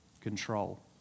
control